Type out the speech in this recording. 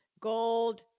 gold